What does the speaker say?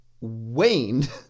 waned